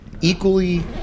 equally